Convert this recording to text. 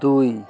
দুই